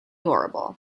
horrible